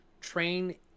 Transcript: train